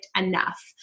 enough